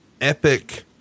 epic